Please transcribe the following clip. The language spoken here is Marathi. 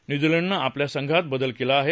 न्यूझीलंडनं आपल्या संघात बदल केला आहे